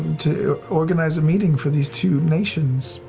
to organize a meeting for these two nations,